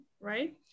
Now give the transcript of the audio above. right